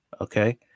okay